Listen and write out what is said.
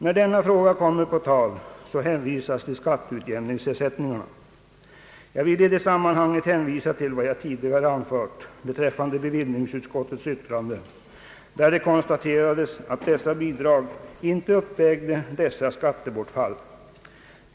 När denna fråga kommer på tal hänvisas till skatteutjämningsersättningarna. Jag vill i det sammanhanget åberopa vad jag tidigare anfört beträffande bevillningsutskottets betänkande, där det konstateras att dessa bidrag inte uppväger skattebortfallet.